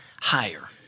Higher